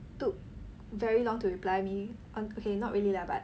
took very long to reply me on okay not really lah but